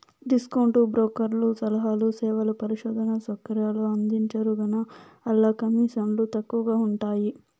discount బ్రోకర్లు సలహాలు, సేవలు, పరిశోధనా సౌకర్యాలు అందించరుగాన, ఆల్ల కమీసన్లు తక్కవగా ఉంటయ్యి